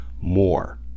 more